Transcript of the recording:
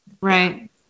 Right